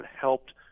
helped